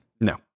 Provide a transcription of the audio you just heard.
No